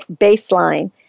baseline